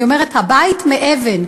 אני אומרת: הבית מאבן,